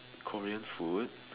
Korean food